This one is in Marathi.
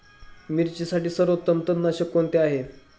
मिरचीसाठी सर्वोत्तम तणनाशक कोणते आहे?